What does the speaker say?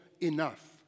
Enough